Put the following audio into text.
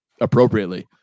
appropriately